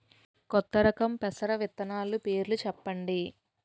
కొత్త రకం పెసర విత్తనాలు పేర్లు చెప్పండి?